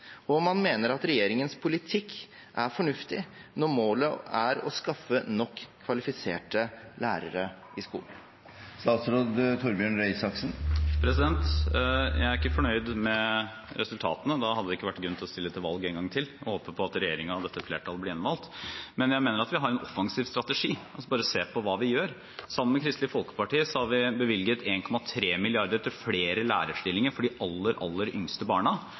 og om han mener at regjeringens politikk er fornuftig, når målet er å skaffe nok kvalifiserte lærere i skolen. Jeg er ikke fornøyd med resultatene. Da hadde det ikke vært grunn til å stille til valg en gang til – og håpe på at regjeringen og dette flertallet ville bli gjenvalgt. Jeg mener at vi har en offensiv strategi – se bare på hva vi gjør: Sammen med Kristelig Folkeparti har vi bevilget 1,3 mrd. kr til flere lærerstillinger for de aller, aller yngste barna,